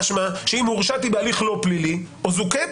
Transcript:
משמע שאם הורשעתי בהליך לא פלילי או זוכיתי